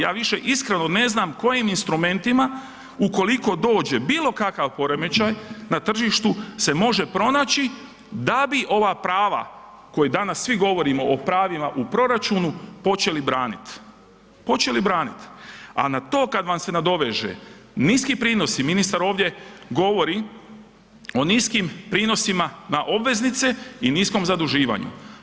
Ja više iskreno ne znam kojim instrumentima ukoliko dođe bilo kakav poremećaj na tržištu se može pronaći da bi ova prava, koja danas svi govorimo o pravima u proračunu počeli branit, počeli branit, a na to kad vam se nadoveže niski prinosi, ministar ovdje govori o niskim prinosima na obveznice i niskom zaduživanju.